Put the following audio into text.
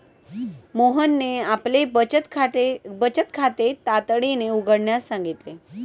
मोहनने आपले बचत खाते तातडीने उघडण्यास सांगितले